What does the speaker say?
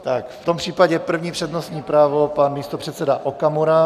V tom případě první přednostní právo, pan místopředseda Okamura.